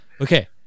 Okay